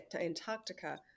Antarctica